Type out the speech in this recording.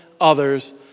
others